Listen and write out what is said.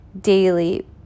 daily